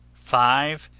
five.